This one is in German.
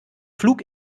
flug